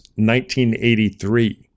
1983